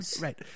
Right